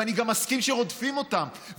ואני גם מסכים שרודפים אותם,